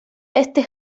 este